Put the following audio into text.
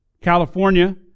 California